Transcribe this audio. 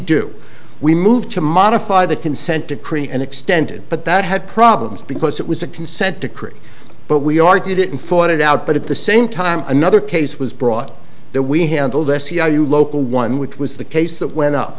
do we moved to modify the consent decree and extended but that had problems because it was a consent decree but we argued it and fought it out but at the same time another case was brought that we handled s c r you local one which was the case that went up